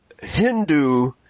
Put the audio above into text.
Hindu